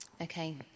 Okay